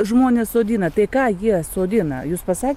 žmonės sodina tai ką jie sodina jūs pasakė